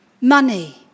money